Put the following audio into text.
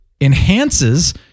Enhances